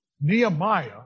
Nehemiah